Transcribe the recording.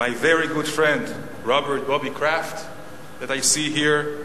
my very good friend Robert Robi Kraft that I see here,